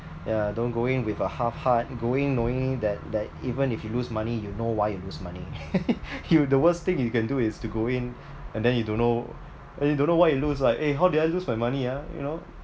ya don't go in with a half heart go in knowing that that even if you lose money you know why you lose money you the worst thing you can do is to go in and then you don't know and you don't know why you lose [what] eh how did I lose my money ah you know